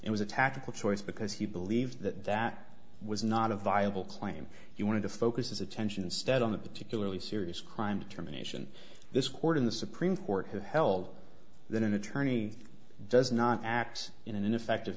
it was a tactical choice because he believed that that was not a viable claim he wanted to focus his attention instead on the particularly serious crime determination this court in the supreme court has held that an attorney does not act in an effective